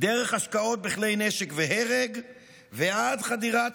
דרך השקעות בכלי נשק והרג ועד חדירת